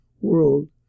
world